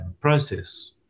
process